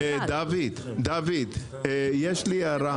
דוד, יש לי הערה.